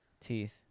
Teeth